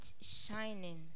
shining